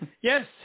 Yes